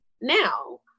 now